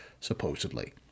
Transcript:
supposedly